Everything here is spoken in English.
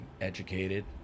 educated